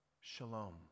Shalom